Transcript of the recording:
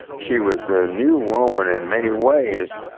she was the new woman in many ways.